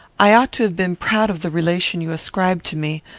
i ought to have been proud of the relation you ascribe to me,